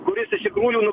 kuris iš tikrųjų nu